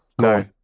No